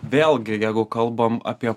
vėlgi jeigu kalbam apie